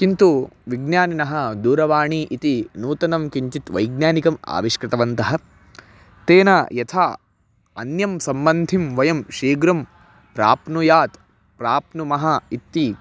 किन्तु विज्ञानिनः दूरवाणी इति नूतनं किञ्चित् वैज्ञानिकम् आविष्कृतवन्तः तेन यथा अन्यं सम्बन्धिं वयं शीघ्रं प्राप्नुयात् प्राप्नुमः इति